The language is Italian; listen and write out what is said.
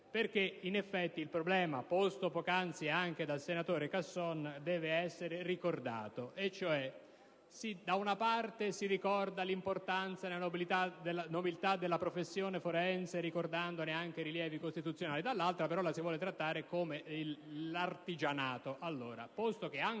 perché, in effetti, il problema, posto poc'anzi anche dal senatore Casson, deve essere ricordato. Da una parte si ricorda l'importanza e la nobiltà della professione forense rievocando anche i rilievi costituzionali, dall'altra la si vuole trattare come l'artigianato.